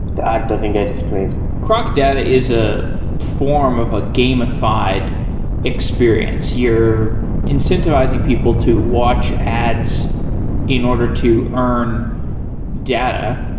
the ad doesn't get displayed crocdata is a form of a gamified experience. you're incentivizing people to watch ads in order to earn data.